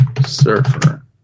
surfer